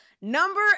number